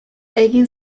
egin